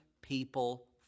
people